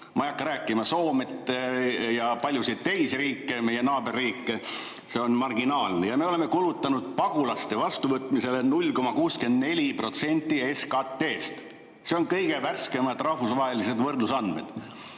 ei hakka rääkima Soomest ja paljudest teistest riikidest, meie naaberriikidest – see on marginaalne. Me oleme kulutanud pagulaste vastuvõtmisele 0,64% SKT‑st. Need on kõige värskemad rahvusvahelised võrdlusandmed.